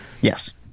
yes